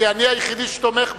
כי אני היחידי שתומך בו.